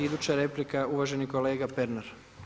Iduća replika uvaženi kolega Pernar.